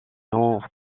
ont